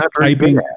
typing